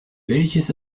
welches